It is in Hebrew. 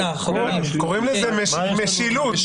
קוראים לזה משילות.